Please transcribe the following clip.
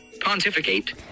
Pontificate